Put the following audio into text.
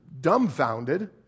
dumbfounded